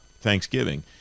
thanksgiving